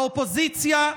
האופוזיציה,